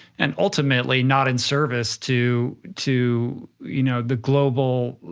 and ultimately, not in service to to you know the global,